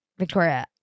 Victoria